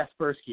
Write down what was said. Kaspersky